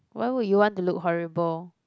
why would you want to look horrible